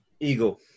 Eagle